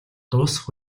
дуусах